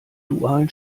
dualen